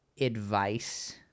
advice